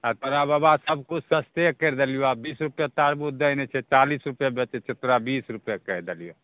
आ तोरा बाबा सबकिछु सस्ते कैर देलियोअऽ आ बीस रुपये तारबूज दै नै छै चालिस रुपये बेचै छियऽ तोरा बीस रुपये कैर देलियोअऽ